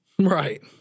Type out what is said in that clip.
Right